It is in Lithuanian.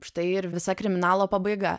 štai ir visa kriminalo pabaiga